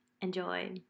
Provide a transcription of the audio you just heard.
Enjoy